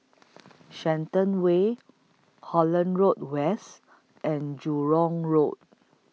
Shenton Way Holland Road West and Jurong Road